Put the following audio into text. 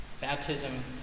Baptism